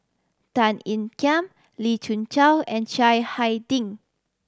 Tan Ean Kiam Lee Khoon Choy and Chiang Hai Ding